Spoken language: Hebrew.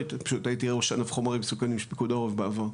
פשוט הייתי ראש ענף חומרים מסוכנים של פיקוד העורף בעבר.